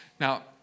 Now